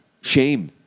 shame